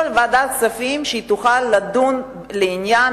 על ועדת הכספים שהיא תוכל לדון לעניין,